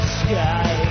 sky